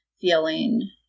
feeling